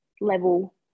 level